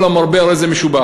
כל המרבה הרי זה משובח.